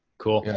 cool.